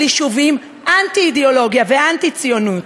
יישובים אנטי-אידיאולוגיה ואנטי-ציונות.